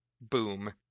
boom